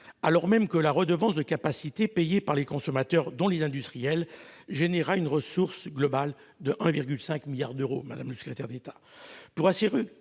alors même que la redevance de capacité payée par les consommateurs, dont les industriels, engendrera une ressource globale de 1,5 milliard d'euros. Pour assurer sa